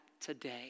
today